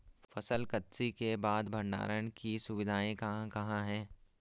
फसल कत्सी के बाद भंडारण की सुविधाएं कहाँ कहाँ हैं?